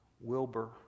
Wilbur